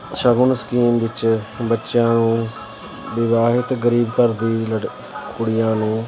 ਸ਼ਗੁਨ scheme ਵਿੱਚ ਬੱਚਿਆਂ ਨੂੰ ਵਿਵਾਹਿਤ ਗਰੀਬ ਘਰ ਦੀ ਲੜਕੀ ਕੁੜੀਆਂ ਨੂੰ